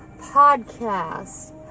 podcast